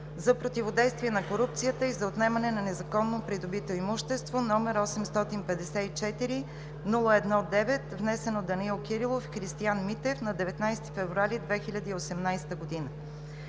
за противодействие на корупцията и за отнемане на незаконно придобитото имущество, № 854-01-9, внесен от Данаил Кирилов и Христиан Митев на 19 февруари 2018 г.